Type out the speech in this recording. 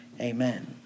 Amen